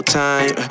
time